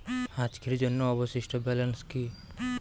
আজকের জন্য অবশিষ্ট ব্যালেন্স কি?